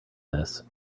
this